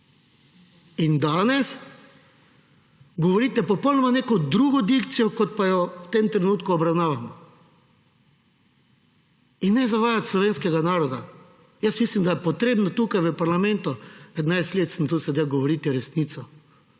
In danes govorite popolnoma neko drugo dikcijo, kot pa jo v tem trenutku obravnavamo. In ne zavajati slovenskega naroda. Jaz mislim, da je treba tukaj v parlamentu, 11 let sem tukaj sedel, govoriti resnico.